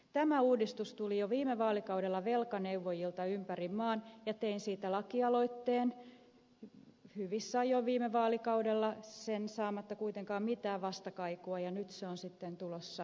tämä uudistus tuli jo viime vaalikaudella velkaneuvojilta ympäri maan ja tein siitä lakialoitteen hyvissä ajoin viime vaalikaudella sen saamatta kuitenkaan mitään vastakaikua ja nyt se on sitten tulossa hyväksytyksi